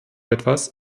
etwas